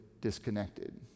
disconnected